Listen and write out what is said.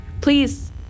please